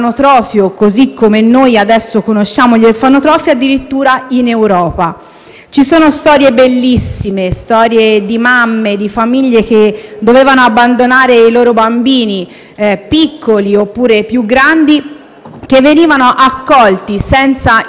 Ci sono bellissime storie di mamme, di famiglie che dovevano abbandonare i loro bambini, piccoli oppure più grandi, che venivano accolti senza indugio dallo Spedale degli innocenti, che era stato voluto dall'Arte della seta